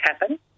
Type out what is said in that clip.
happen